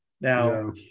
now